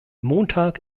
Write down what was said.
montag